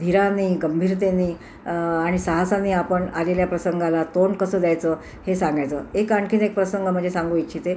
धीराने गंभीरतेने आणि साहसाने आपण आलेल्या प्रसंगाला तोंड कसं द्यायचं हे सांगायचं एक आणखीन एक प्रसंग म्हणजे सांगू इच्छिते